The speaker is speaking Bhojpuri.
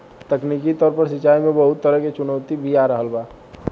तकनीकी तौर पर सिंचाई में बहुत तरह के चुनौती भी आ रहल बा